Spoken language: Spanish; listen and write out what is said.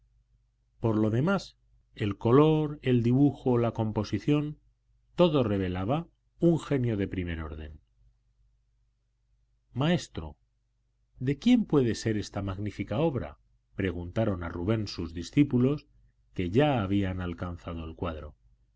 por lo demás el color el dibujo la composición todo revelaba un genio de primer orden maestro de quién puede ser esta magnífica obra preguntaron a rubens sus discípulos que ya habían alcanzado el cuadro